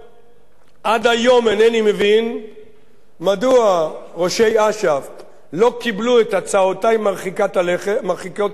עד היום אינני מבין מדוע ראשי אש"ף לא קיבלו את הצעותי מרחיקות הלכת